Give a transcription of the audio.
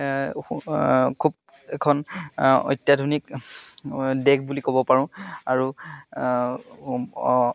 খুব এখন অত্যাধুনিক দেশ বুলি ক'ব পাৰোঁ আৰু